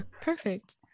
perfect